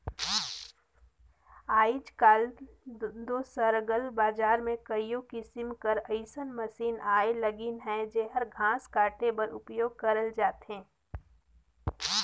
आएज काएल दो सरलग बजार में कइयो किसिम कर अइसन मसीन आए लगिन अहें जेहर घांस काटे बर उपियोग करल जाथे